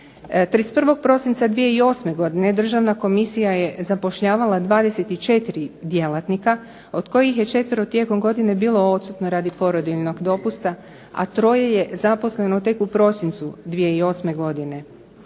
31. prosinca 2008. državna komisija je zapošljavala 24 djelatnika, od kojih je četvero tijekom godine bilo odsutno radi porodiljnog dopusta, a troje je zaposleno tek u prosincu 2008. godine.